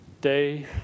Day